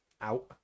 out